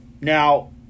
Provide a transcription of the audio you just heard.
Now